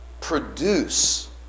produce